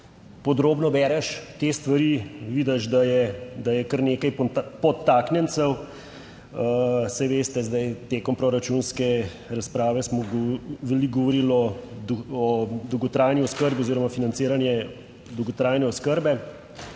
podrobno bereš te stvari, vidiš, da je, da je kar nekaj podtaknjencev. Saj veste, zdaj tekom proračunske razprave smo veliko govorili o dolgotrajni oskrbi, oziroma financiranje dolgotrajne oskrbe,